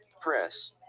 Press